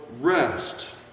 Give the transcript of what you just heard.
rest